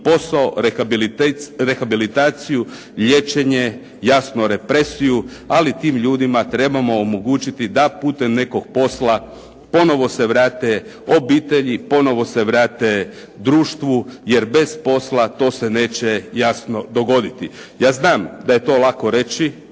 posao, rehabilitaciju, liječenje, jasno represiju ali tim ljudima trebamo omogućiti da putem nekog posla ponovo se vrate obitelji, ponovo se vrate društvu jer bez posla to se neće jasno dogoditi. Ja znam da je to lako reći,